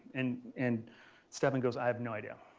and and stephon goes i have no idea.